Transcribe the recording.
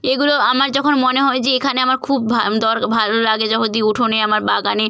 এগুলো আমার যখন মনে হয় যে এখানে আমার খুব ভা দরকার ভালো লাগে যখন দেখি উঠোনে আমার বাগানে